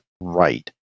right